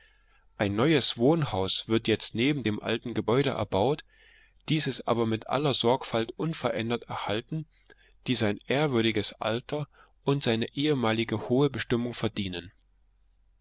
ein neues wohnhaus wird jetzt neben dem alten gebäude erbaut dieses aber mit aller sorgfalt unverändert erhalten die sein ehrwürdiges alter und seine ehemalige hohe bestimmung verdienen